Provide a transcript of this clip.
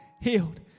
healed